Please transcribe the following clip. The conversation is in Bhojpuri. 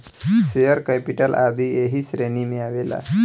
शेयर कैपिटल आदी ऐही श्रेणी में आवेला